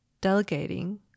delegating